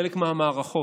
בחלק מהמערכות,